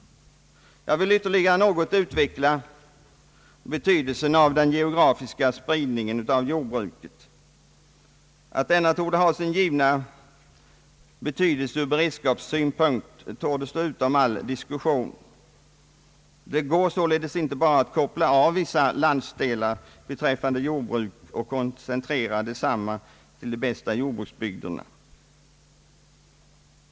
Jag vill ytterligare något utveckla betydelsen av jordbrukets geografiska spridning. Att denna har sitt givna värde ur beredskapssynpunkt torde stå utom all diskussion. Det går således inte att bara koppla av vissa landsdelar vad beträffar jordbruk och koncentrera detsamma till de bästa jordbruksbygderna.